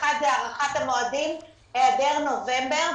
אחת, זה הארכת המועדים, היעדר נובמבר.